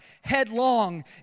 headlong